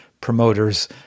promoters